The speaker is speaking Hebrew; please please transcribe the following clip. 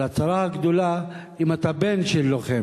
הצרה הגדולה, שאם אתה בן של לוחם,